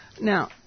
Now